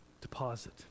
deposit